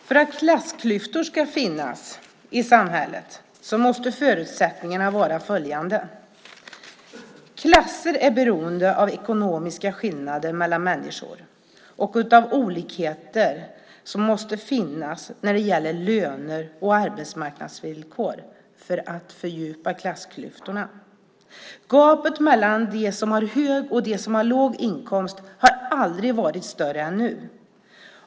För att klassklyftor ska finnas i samhället måste förutsättningarna vara följande: Klasser är beroende av ekonomiska skillnader mellan människor och av olikheter som måste finnas när det gäller löner och arbetsmarknadsvillkor för att fördjupa klassklyftorna. Gapet mellan dem som har hög inkomst och dem som har låg inkomst har aldrig varit större än nu.